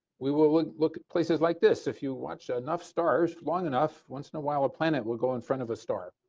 we will look look at places like this, if you watch enough stars long enough once in a while a planet will go in front of a star.